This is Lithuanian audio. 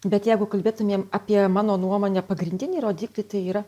bet jeigu kalbėtumėm apie mano nuomone pagrindinį rodiklį tai yra